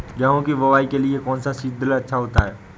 गेहूँ की बुवाई के लिए कौन सा सीद्रिल अच्छा होता है?